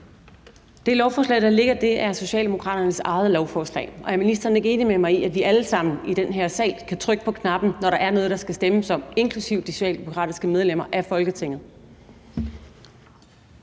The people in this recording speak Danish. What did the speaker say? Det lovforslag, der ligger, er Socialdemokraternes eget lovforslag. Er ministeren ikke enig med mig i, at vi alle sammen i den her sal kan trykke på knappen, når der er noget, der skal stemmes om, inklusive de socialdemokratiske medlemmer af Folketinget?